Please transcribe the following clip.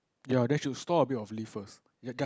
ya then should store a bit of leave first